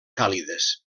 càlides